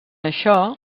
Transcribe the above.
això